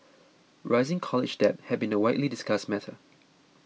rising college debt has been a widely discussed matter